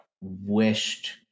wished